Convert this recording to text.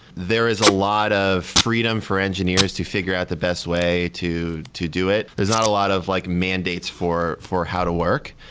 there is a lot of freedom for engineers to figure out the best way to to do it. there's not a lot of like mandates for for how to work.